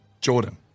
Jordan